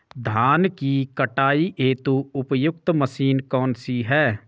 धान की कटाई हेतु उपयुक्त मशीन कौनसी है?